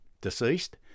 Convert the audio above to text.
deceased